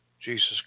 Jesus